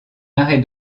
arrêt